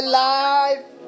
life